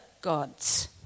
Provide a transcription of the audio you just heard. gods